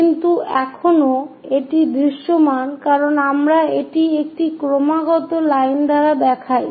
কিন্তু এখনও এটি দৃশ্যমান কারণ আমরা এটি একটি ক্রমাগত লাইন দ্বারা দেখাই